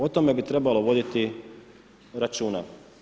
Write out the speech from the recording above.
O tome bi trebalo voditi računa.